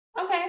Okay